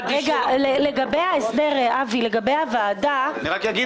לגבי ההסבר -- אני רק אגיד